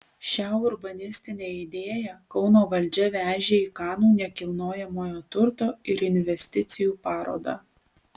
šią urbanistinę idėją kauno valdžia vežė į kanų nekilnojamojo turto ir investicijų parodą